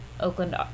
Oakland